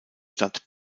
stadt